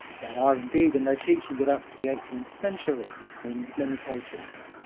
they are indeed, and they're teaching it up to the eighteenth century in many cases.